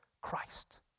Christ